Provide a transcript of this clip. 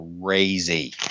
crazy